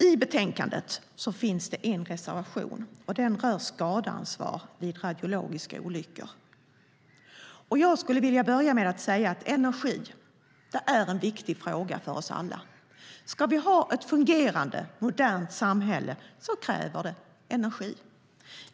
I betänkandet finns det en reservation, och den rör skadeansvar vid radiologiska olyckor. Jag vill börja med att säga att energi är en viktig fråga för oss alla. Ska vi ha ett fungerande, modernt samhälle krävs det energi.